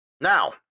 Now